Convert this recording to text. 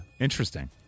Interesting